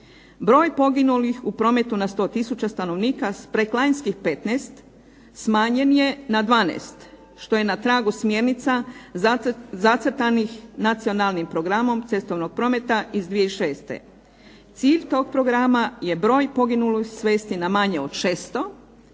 Broj poginulih u prometu na 100 tisuća stanovnika s preklanjskih 15, smanjen je na 12 što je na tragu smjernica zacrtanih Nacionalnim programom cestovnog prometa iz 2006. Cilj tog programa je broj poginulih svesti na manje od 600